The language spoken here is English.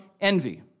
envy